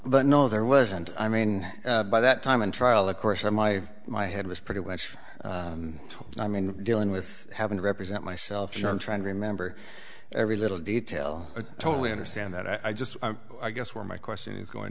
but no there wasn't i mean by that time and trial of course i my my head was pretty much told i mean dealing with having to represent myself in trying to remember every little detail of totally understand that i just i guess where my question is going